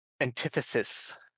antithesis